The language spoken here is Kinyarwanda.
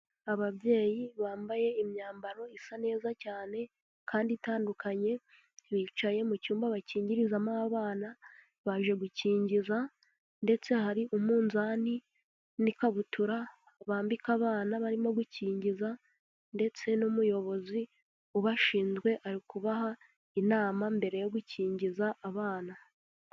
Ababyeyi bambaye imyambaro isa neza cyane kandi itandukanye bicaye mu cyumba bakingirizamo abana baje gukingiza ndetse hari umunzani n'ikabutura bambika abana barimo gukingiza ndetse n'umuyobozi ubashinzwe ari kubaha inama mbere yo gukingiza abana.